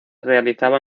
realizaba